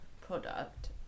product